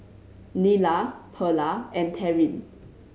Nyla Perla and Taryn